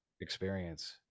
experience